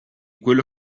quello